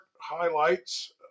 highlights